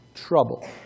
Trouble